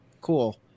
Cool